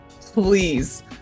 please